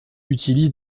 utilise